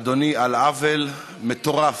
אדוני, על עוול מטורף,